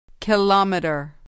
Kilometer